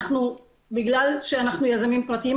בגלל שאנחנו יזמים פרטיים,